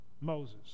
Moses